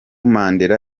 mandela